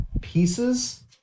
pieces